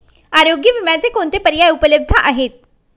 आरोग्य विम्याचे कोणते पर्याय उपलब्ध आहेत?